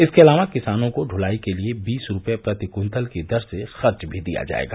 इसके अलावा किसानों को दुलाई के लिए बीस रूपये प्रति कुन्तल की दर से खर्च भी दिया जायेगा